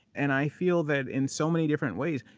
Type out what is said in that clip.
and i feel that in so many different ways.